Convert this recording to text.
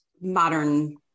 modern